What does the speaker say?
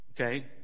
okay